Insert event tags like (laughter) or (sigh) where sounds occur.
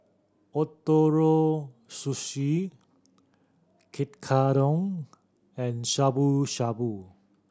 Ootoro Sushi (unintelligible) and Shabu Shabu